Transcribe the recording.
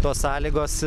tos sąlygos